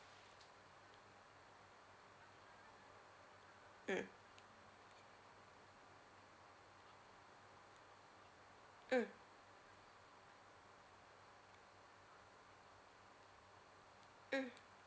mm mm mm